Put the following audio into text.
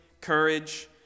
courage